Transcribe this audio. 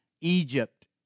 Egypt